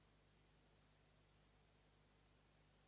Hvala.